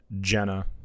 Jenna